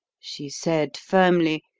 she said firmly,